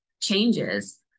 changes